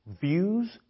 Views